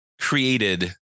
created